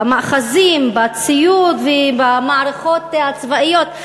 במאחזים, בציוד ובמערכות הצבאיות?